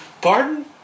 Pardon